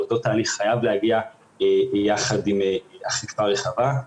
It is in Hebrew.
אותו תהליך חייב להגיע יחד עם אכיפה רחבה.